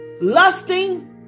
Lusting